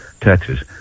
Texas